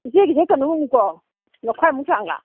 ꯏꯆꯦꯒꯤꯁꯦ ꯀꯩꯅꯣꯃꯨꯛꯅꯤꯀꯣ ꯂꯧꯈꯥꯏꯃꯨꯛ ꯆꯥꯡꯂ